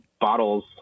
bottles